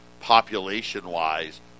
population-wise